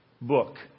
book